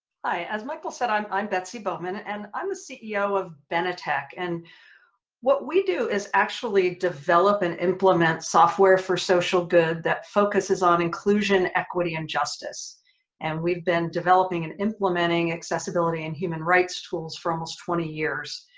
hi as michael said i'm i'm betsy bowman and i'm the ceo of benetech and what we do is actually develop and implement software for social good that focuses on inclusion, equity, and justice and we've been developing and implementing accessibility and human rights tools for almost twenty years.